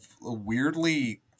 weirdly